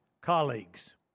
colleagues